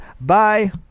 Bye